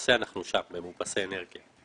למעשה אנחנו שם, במאופסי אנרגיה.